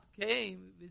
came